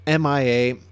MIA